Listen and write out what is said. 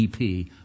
EP